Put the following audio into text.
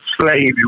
slave